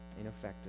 ineffective